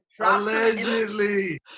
Allegedly